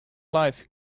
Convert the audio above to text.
life